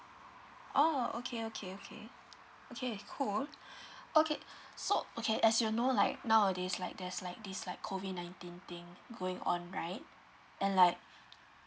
oh okay okay okay okay cool okay so okay as you know like nowadays like there's like this like COVID nineteen thing going on right and like